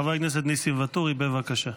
חבר הכנסת ניסים ואטורי, בבקשה.